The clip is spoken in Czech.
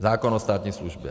Zákon o státní službě.